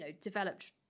developed